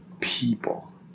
people